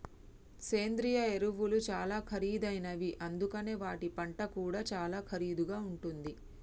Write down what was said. సేంద్రియ ఎరువులు చాలా ఖరీదైనవి అందుకనే వాటి పంట కూడా చాలా ఖరీదుగా ఉంటుంది